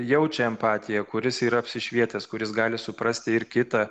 jaučia empatiją kuris yra apsišvietęs kuris gali suprasti ir kitą